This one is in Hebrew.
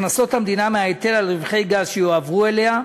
הכנסות המדינה מההיטל על רווחי גז שיועברו אליה,